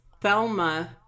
Thelma